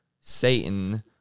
satan